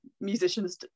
musicians